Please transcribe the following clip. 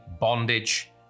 bondage